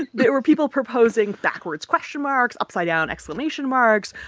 there were people proposing backwards question marks, upside-down exclamation marks,